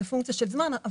זאת פונקציה של זמן.